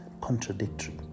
contradictory